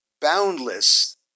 boundless